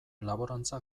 laborantza